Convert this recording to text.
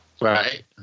right